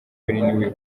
binini